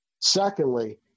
Secondly